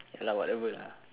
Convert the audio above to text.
ya lah whatever lah